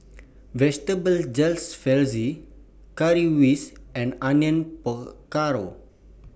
Vegetable Jalfrezi Currywurst and Onion Pakora